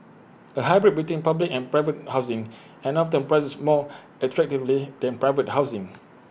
A hybrid between public and private housing and often priced more attractively than private housing